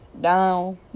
down